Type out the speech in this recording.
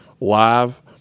live